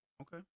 Okay